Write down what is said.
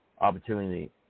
opportunity